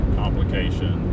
complication